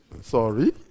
Sorry